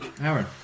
Aaron